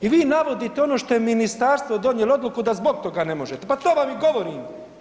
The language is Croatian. I vi navodite ono što je ministarstvo donijelo odluku da zbog toga ne možete, pa to vam i govorim.